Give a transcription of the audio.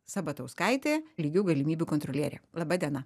sabatauskaitė lygių galimybių kontrolierė laba diena